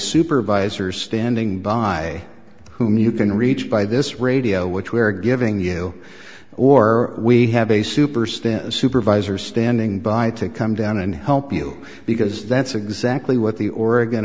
supervisor standing by whom you can reach by this radio which we're giving you or we have a super stent supervisor standing by to come down and help you because that's exactly what the oregon